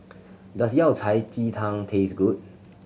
does Yao Cai ji tang taste good